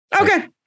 Okay